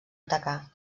atacar